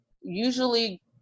usually